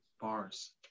Bars